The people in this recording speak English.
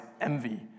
envy